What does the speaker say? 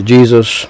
Jesus